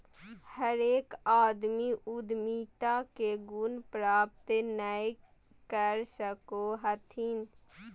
हरेक आदमी उद्यमिता के गुण प्राप्त नय कर सको हथिन